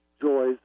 joys